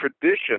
tradition